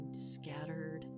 scattered